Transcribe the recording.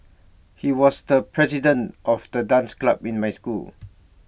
he was the president of the dance club in my school